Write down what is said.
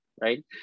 right